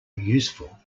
useful